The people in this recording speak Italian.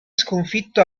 sconfitto